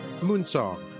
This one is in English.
Moonsong